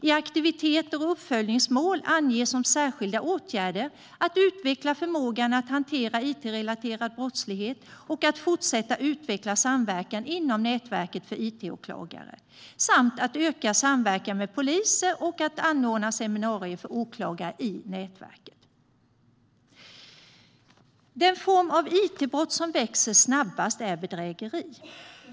I aktiviteter och uppföljningsmål anges som särskilda åtgärder att utveckla förmågan att hantera it-relaterad brottslighet, att fortsätta utveckla samverkan inom nätverket för it-åklagare, att öka samverkan med polisen och att anordna seminarier för åklagarna i nätverket. Den form av it-brott som växer snabbast är bedrägeri.